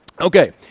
Okay